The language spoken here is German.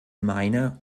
meine